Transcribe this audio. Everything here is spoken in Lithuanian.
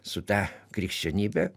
su ta krikščionybe